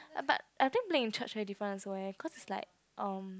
apart I think playing in church very different also eh because it's like um